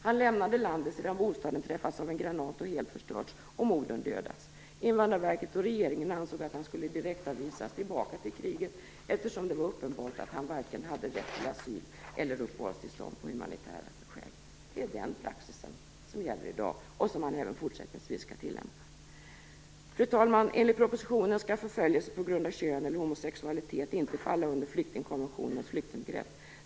Han lämnade landet sedan bostaden träffats av en granat och helt förstörts och modern dödats. Invandrarverket och regeringen ansåg att han skulle direktavvisas tillbaka till kriget, eftersom det var uppenbart att han varken hade rätt till asyl eller uppehållstillstånd på humanitära skäl. Det är den praxis som gäller i dag och som man skall fortsätta att tillämpa. Fru talman! Enligt propositionen skall förföljelse på grund av kön eller homosexualitet inte falla under flyktingkonventionens flyktingbegrepp.